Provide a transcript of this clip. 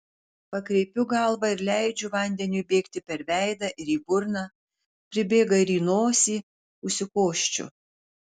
pakreipiu galvą ir leidžiu vandeniui bėgti per veidą ir į burną pribėga ir į nosį užsikosčiu